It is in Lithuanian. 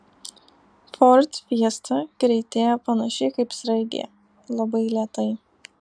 ford fiesta greitėja panašiai kaip sraigė labai lėtai